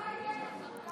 (קורא בשם חבר הכנסת)